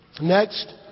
Next